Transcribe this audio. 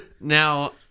Now